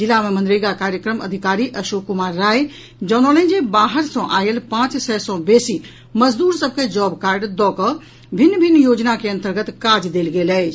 जिला मे मनरेगा कार्यक्रम अधिकारी अशोक कुमार राय जनौलनि जे बाहर सॅ आयल पांच सय सॅ बेसी मजदूर सभ के जॉब कार्ड दऽकऽ भिन्न भिन्न योजना के अंतर्गत काज देल गेल अछि